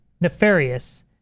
nefarious